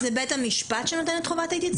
זה בית המשפט שנותן את חובת ההתייצבות?